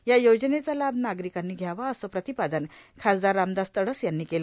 या योजनेचा लाभ नागरिकांनी घ्यावा असं प्रतिपादन खासदार रामदास तडस यांनी केलं